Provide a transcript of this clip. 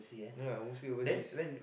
no lah I'm mostly overseas